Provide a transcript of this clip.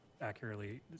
accurately